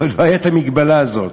לא הייתה המגבלה הזאת,